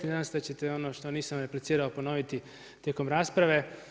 Nadam se da ćete ono što nisam replicirao ponoviti tijekom rasprave.